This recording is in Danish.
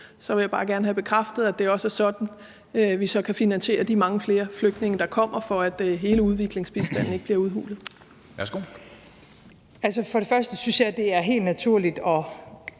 Så vil jeg bare gerne have bekræftet, at det også er sådan, at vi så kan finansiere de mange flere flygtninge, der kommer, for at hele udviklingsbistanden ikke bliver udhulet.